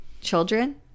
children